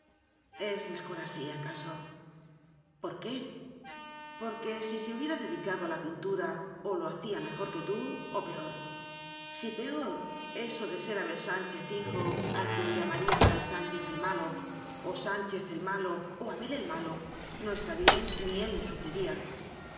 es mejor así acaso por qué porque si se hubiera dedicado a la pin tura o lo hacía mejor que tú o peor si peor eso de ser abel sánchez hijo al que llama rían abel sánchez el malo o sánchez el malo o abel el malo no está bien ni él lo sufriría